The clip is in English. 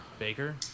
Baker